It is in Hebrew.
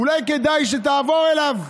אולי כדאי שתעבור אליו.